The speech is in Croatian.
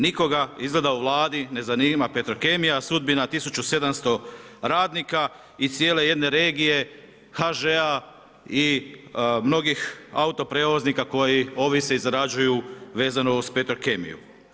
Nikoga izgleda u Vladi ne zanima Petrokemija, sudbina 1700 radnika i cijele jedne regije HŽ-a i mnogih autoprijevoznika koji ovise i zarađuju vezano uz Petrokemiju.